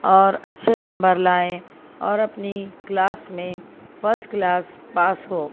اور اچھے نمبر لائیں اور اپنی کلاس میں فسٹ کلاس پاس ہو